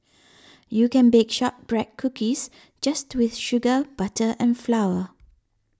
you can bake Shortbread Cookies just with sugar butter and flour